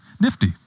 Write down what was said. Nifty